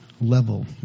level